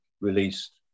released